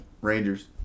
Rangers